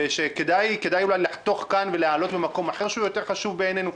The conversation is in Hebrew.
שכדאי אולי לחתוך כאן ולהעלות במקום אחר שהוא חשוב יותר בעינינו?